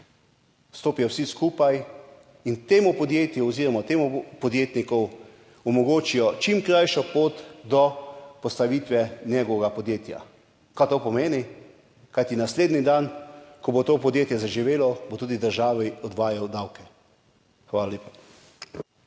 stopijo vsi skupaj in temu podjetju oziroma temu podjetniku omogočijo čim krajšo pot do postavitve njegovega podjetja. Kaj to pomeni? Naslednji dan, ko bo to podjetje zaživelo, bo tudi državi odvajal davke. Hvala lepa.